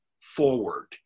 forward